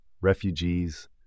refugees